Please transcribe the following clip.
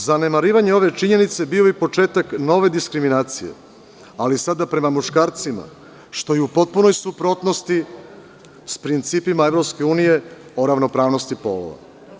Zanemarivanje ove činjenice bio bi početak nove diskriminacije, ali sada prema muškarcima, to je u potpunoj suprotnosti sa principima EU o ravnopravnosti polova.